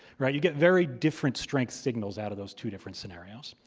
right? you get very different strength signals out of those two different scenarios.